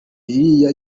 iriya